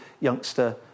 youngster